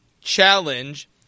challenge